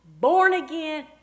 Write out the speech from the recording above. born-again